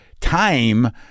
time